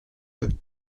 peut